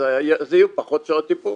אז יהיו פחות שעות טיפול,